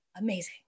amazing